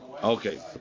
Okay